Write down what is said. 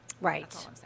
Right